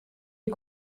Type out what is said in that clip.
est